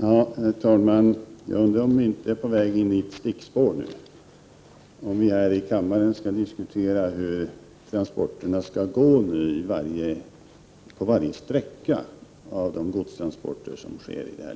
Herr talman! Jag undrar om vi inte är på väg in på ett stickspår, om vi här i kammaren skall diskutera hur godstransporterna på varje sträcka i detta land skall